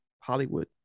hollywood